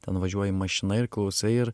ten važiuoji mašina ir klausai ir